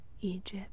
Egypt